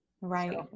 right